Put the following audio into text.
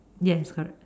yes correct